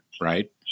right